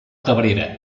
cabrera